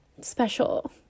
special